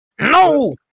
No